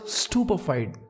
stupefied।